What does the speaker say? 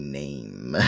name